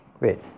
Wait